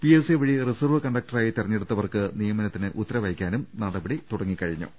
PSC വഴി reserve കണ്ടക്ടറായി തെരഞ്ഞെടുത്തവർക്ക് നിയമനത്തിന് ഉത്തരവ് അയക്കാനും നടപടി തൂടങ്ങിയിട്ടുണ്ട്